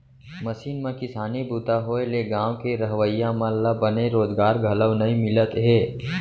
machine म किसानी बूता होए ले गॉंव के रहवइया मन ल बने रोजगार घलौ नइ मिलत हे